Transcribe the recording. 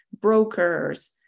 brokers